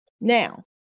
Now